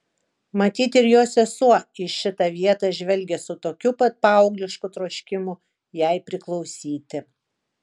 matyt ir jos sesuo į šitą vietą žvelgė su tokiu pat paauglišku troškimu jai priklausyti